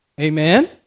Amen